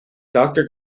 doctor